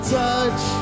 touch